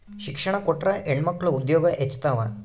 ಶಿಕ್ಷಣ ಕೊಟ್ರ ಹೆಣ್ಮಕ್ಳು ಉದ್ಯೋಗ ಹೆಚ್ಚುತಾವ